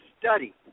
study